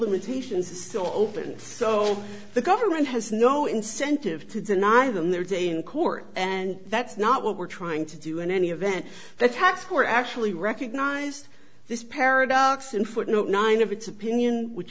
limitations so open so the government has no incentive to deny them their day in court and that's not what we're trying to do in any event that hats were actually recognize this paradox and footnote nine of it's opinion which